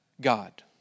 God